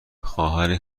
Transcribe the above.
خواهر